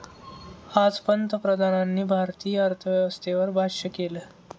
आज पंतप्रधानांनी भारतीय अर्थव्यवस्थेवर भाष्य केलं